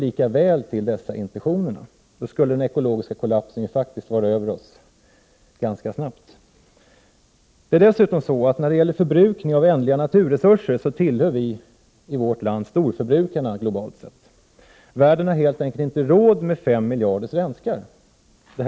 Tvärtom satsar regeringen på sopförbränning, tillåter industriprocesser, varvid produkter efter ett kort historiskt skede blir avfall, och motsätter sig pantsystem och rejäla förpackningsskatter.